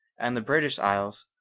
and the british isles,